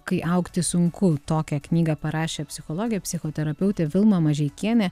kai augti sunku tokią knygą parašė psichologė psichoterapeutė vilma mažeikienė